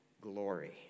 glory